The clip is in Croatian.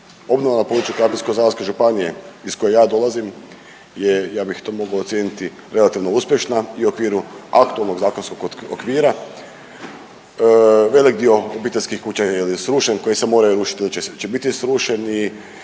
Obnova na području Krapinsko-zagorske županije iz koje ja dolazim je ja bih to mogao ocijeniti relativno uspješna i u okviru aktualnog zakonskog okvira. Velik dio obiteljskih kuća je srušen koji se moraju rušiti ili će biti srušeni.